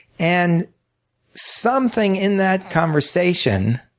and something in that conversation